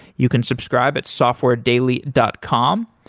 you can subscribe at softwaredaily dot com.